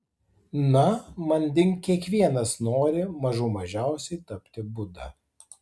na manding kiekvienas nori mažų mažiausiai tapti buda